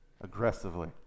Aggressively